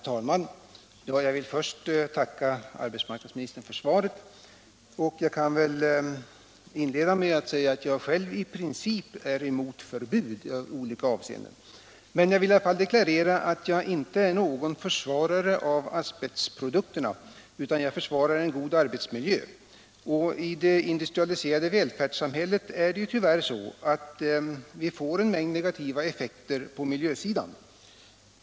Herr talman! Jag vill först tacka arbetsmarknadsministern för svaret. Själv är jag i princip emot förbud i olika avseenden men vill deklarera att jag inte är någon försvarare av asbestprodukterna. Jag önskar verka för en god arbetsmiljö. I det industrialiserade välfärdssamhället är det tyvärr så, att vi får en mängd negativa effekter på miljösidan.